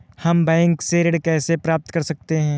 हम बैंक से ऋण कैसे प्राप्त कर सकते हैं?